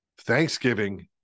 Thanksgiving